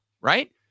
right